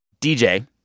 DJ